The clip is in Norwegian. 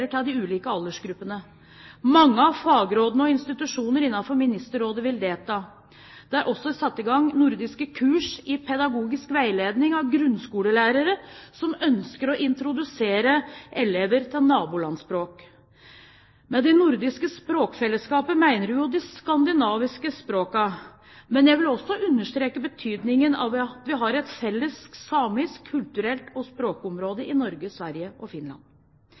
til de ulike aldersgruppene. Mange av fagrådene og institusjonene innenfor Ministerrådet vil delta. Det er også satt i gang nordiske kurs i pedagogisk veiledning av grunnskolelærere som ønsker å introdusere elever til nabolandspråk. Med det nordiske språkfellesskapet mener vi de skandinaviske språkene, men jeg vil også understreke betydningen av at vi har et felles samisk kultur- og språkområde i Norge, Sverige og Finland.